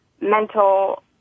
mental